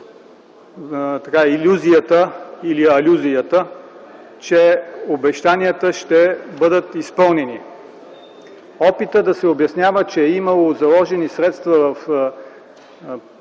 илюзията или алюзията, че обещанията ще бъдат изпълнени. Опитът да се обяснява, че имало заложени средства в